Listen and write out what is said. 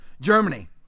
Germany